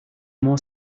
more